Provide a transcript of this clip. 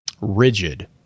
rigid